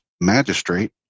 magistrate